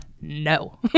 No